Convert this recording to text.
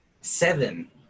Seven